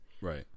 Right